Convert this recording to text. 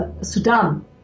Sudan